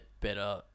better